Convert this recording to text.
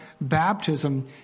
baptism